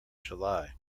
july